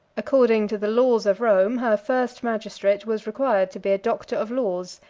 according to the laws of rome, her first magistrate was required to be a doctor of laws,